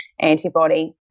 antibody